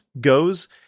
goes